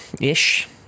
Ish